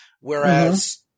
Whereas